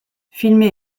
filmés